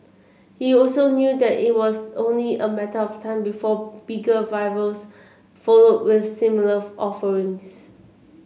he also knew that it was only a matter of time before bigger rivals followed with similar offerings